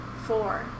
four